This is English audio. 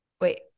Wait